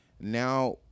now